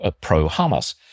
pro-Hamas